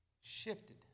shifted